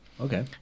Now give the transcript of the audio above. Okay